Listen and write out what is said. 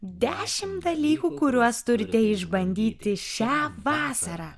dešimt dalykų kuriuos turite išbandyti šią vasarą